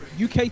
UK